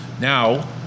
now